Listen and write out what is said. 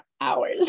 hours